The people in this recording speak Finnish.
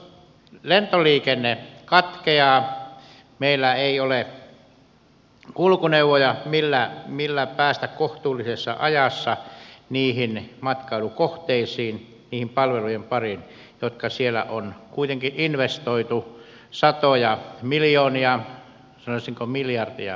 jos lentoliikenne katkeaa meillä ei ole kulkuneuvoja millä päästä kohtuullisessa ajassa niihin matkailukohteisiin niiden palvelujen pariin joihin siellä on kuitenkin investoitu satoja miljoonia sanoisinko miljardeja euroja